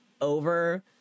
over